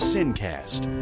Sincast